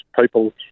people